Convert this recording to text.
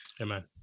Amen